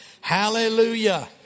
Hallelujah